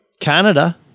Canada